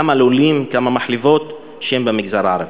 כמה לולים וכמה מחלבות אושרו למגזר הערבי?